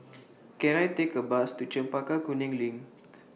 Can I Take A Bus to Chempaka Kuning LINK